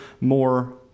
more